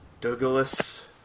Douglas